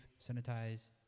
sanitize